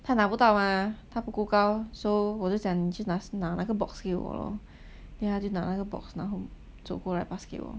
他拿不到 mah 他不够高 so 我就讲你去拿那个 box 给我 lor then 他就拿那个 box lor 走过来 pass 给我